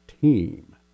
team